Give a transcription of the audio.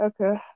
Okay